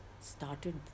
started